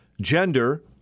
gender